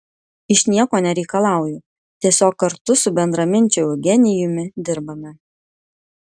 iš nieko nereikalauju tiesiog kartu su bendraminčiu eugenijumi dirbame